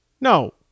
no